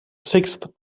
sixth